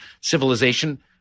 civilization